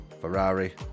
Ferrari